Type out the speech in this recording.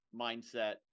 mindset